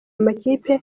amakipe